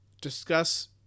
discuss